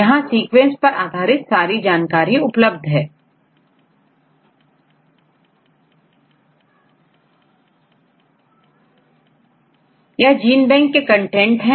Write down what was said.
यहां सीक्वेंस पर आधारित सारी जानकारी उपलब्ध है यह जीन बैंक के कंटेंट हैं